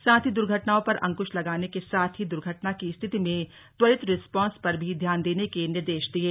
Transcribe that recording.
साथ ही दुर्घटनाओं पर अंकुश लगाने के साथ ही दुर्घटना की स्थिति में त्वरित रिस्पांस पर भी ध्यान देने के निर्देश दिये